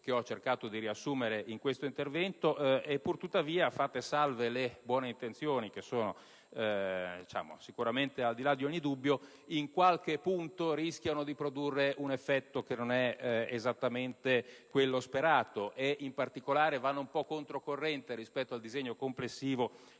che ho cercato di riassumere in questo intervento. Tuttavia, fatte salve le buone intenzioni (che sono al di là di ogni dubbio), in qualche punto tali misure rischiano di produrre un effetto che non è esattamente quello sperato. In particolare, esse vanno un po' controcorrente rispetto al disegno complessivo